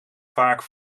vaak